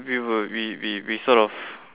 we were we we we sort of